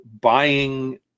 buying